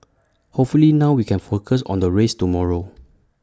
hopefully now we can focus on the race tomorrow